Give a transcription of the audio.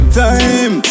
time